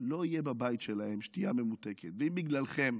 לא תהיה בבית שלהם שתייה ממותקת, ואם בגללכם